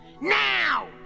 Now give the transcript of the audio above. Now